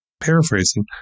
paraphrasing